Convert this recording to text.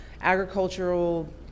agricultural